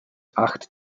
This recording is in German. acht